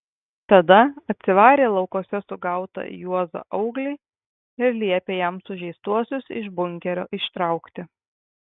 tada atsivarė laukuose sugautą juozą auglį ir liepė jam sužeistuosius iš bunkerio ištraukti